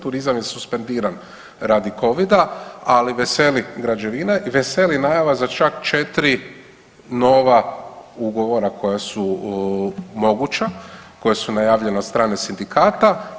Turizam je suspendiran radi covida, ali veseli građevina i veseli najava za čak četiri nova ugovora koja su moguća, koja su najavljena od strane sindikata.